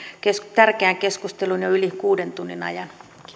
tärkeään keskusteluun jo yli kuuden tunnin ajan